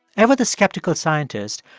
ever the skeptical scientist,